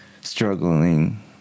struggling